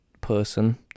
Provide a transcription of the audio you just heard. person